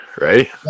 right